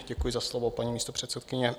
Děkuji za slovo, paní místopředsedkyně.